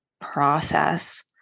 process